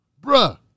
Bruh